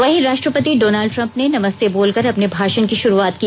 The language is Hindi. वहीं राष्ट्रपति डोनाल्ड ट्रंप ने नमस्ते बोलकर अपने भाषण की शुरूआत की